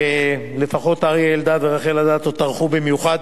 לפחות אריה אלדד ורחל אדטו טרחו במיוחד